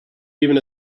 even